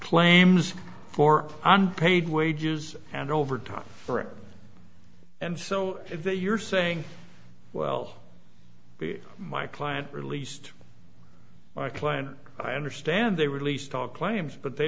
claims for unpaid wages and overtime for it and so if you're saying well my client released my client i understand they released all claims but they